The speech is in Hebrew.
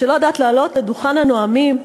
שלא יודעת לעלות לדוכן הנואמים?